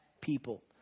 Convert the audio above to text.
people